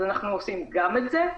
אנחנו עושים גם את זה.